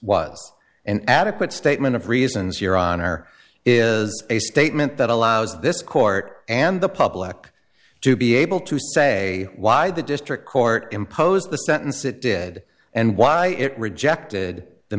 was an adequate statement of reasons your honor is a statement that allows this court and the public to be able to say why the district court imposed the sentence it did and why it rejected the